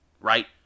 right